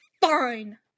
fine